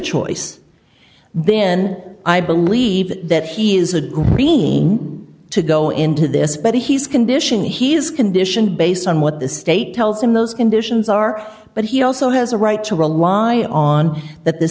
choice then i believe that he is agreeing to go into this but he's condition he is condition based on what the state tells him those conditions are but he also has a right to rely on that the